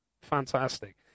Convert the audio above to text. fantastic